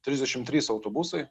trisdešim trys autobusai